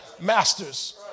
master's